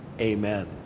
amen